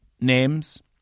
names